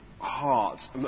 heart